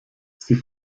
sie